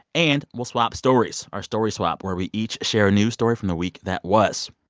and we'll swap stories our story swap where we each share a news story from the week that was.